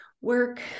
work